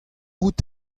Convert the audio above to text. out